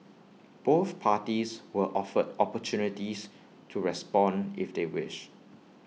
both parties were offered opportunities to respond if they wished